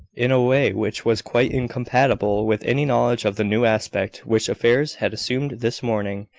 in a way which was quite incompatible with any knowledge of the new aspect which affairs had assumed this morning.